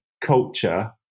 culture